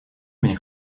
мне